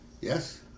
Yes